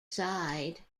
side